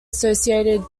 associated